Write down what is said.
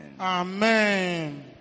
Amen